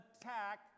attack